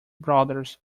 brothers